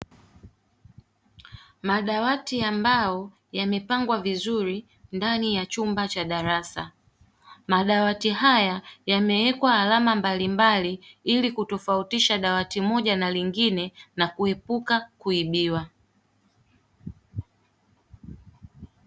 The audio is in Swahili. Madawati ya mbao yamepangwa vizuri ndani ya chumba cha darasa. Madawati haya yamewekwa alama mbalimbali ili kutofautisha dawati moja na lingine, na kuepusha kuibiwa.